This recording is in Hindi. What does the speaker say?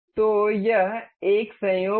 तो यह एक संयोग था